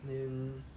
mm